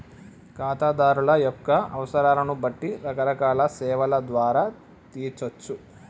ఖాతాదారుల యొక్క అవసరాలను బట్టి రకరకాల సేవల ద్వారా తీర్చచ్చు